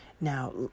Now